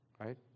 Right